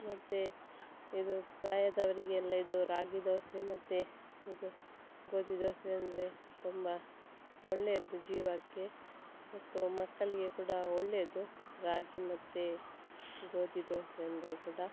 ಮತ್ತು ಇದು ಪ್ರಾಯದವರಿಗೆಲ್ಲ ಇದು ರಾಗಿ ದೋಸೆ ಮತ್ತು ಇದು ಗೋಧಿ ದೋಸೆ ಅಂದರೆ ತುಂಬ ಒಳ್ಳೆಯದು ಜೀವಕ್ಕೆ ಮತ್ತು ಮಕ್ಕಳಿಗೆ ಕೂಡ ಒಳ್ಳೆಯದು ರಾಗಿ ಮತ್ತು ಗೋಧಿ ದೋಸೆ ಅಂದರೆ ಕೂಡ